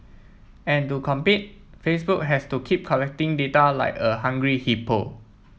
and to compete Facebook has to keep collecting data like a hungry hippo